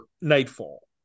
Nightfall